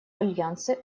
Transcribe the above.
альянсы